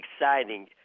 exciting